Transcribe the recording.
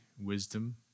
wisdom